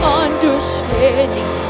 understanding